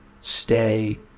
stay